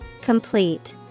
Complete